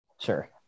Sure